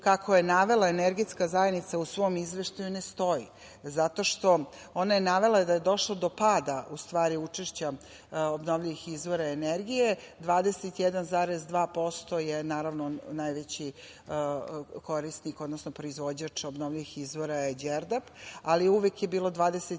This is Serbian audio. kako je navela Energetska zajednica u svom izveštaju, ne stoji. Ona je navela da je došlo do pada učešća obnovljivih izvora energije, 21,2% je najveći korisnik, odnosno proizvođač obnovljivih izvora je Đerdap, ali uvek je bilo 21,2%,